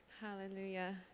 Hallelujah